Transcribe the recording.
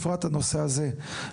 והנושא הזה בפרט,